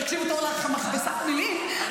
תקשיבו טוב למכבסת המילים,